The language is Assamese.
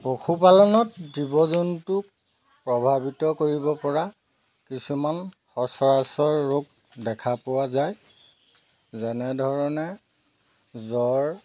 পশুপালনত জীৱ জন্তুক প্ৰভাৱিত কৰিব পৰা কিছুমান সচৰাচৰ ৰোগ দেখা পোৱা যায় যেনেধৰণে জ্বৰ